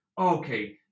okay